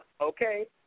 okay